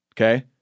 okay